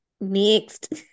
next